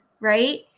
right